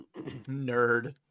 nerd